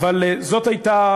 אבל זאת הייתה